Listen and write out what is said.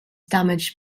damaged